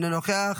איננו נוכח,